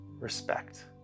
respect